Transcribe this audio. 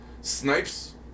snipes